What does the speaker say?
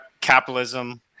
Capitalism